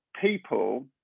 people